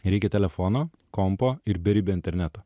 reikia telefono kompo ir beribio interneto